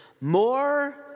more